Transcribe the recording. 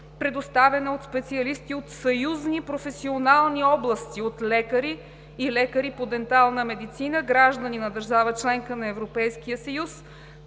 предоставяна от специалисти от съюзни професионални области, от лекари и лекари по дентална медицина, граждани на държава – членка на Европейския съюз,